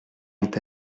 ont